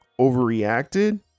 overreacted